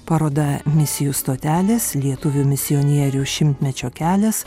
paroda misijų stotelės lietuvių misionierių šimtmečio kelias